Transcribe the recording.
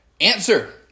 Answer